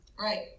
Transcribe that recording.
Right